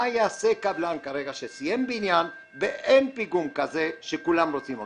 מה יהיה עם קבלן שסיים בניין ואין פיגום כזה שכולם רוצים אותו.